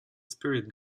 spirit